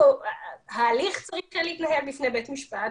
ההליך צריך להתנהל בבית משפט.